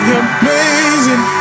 amazing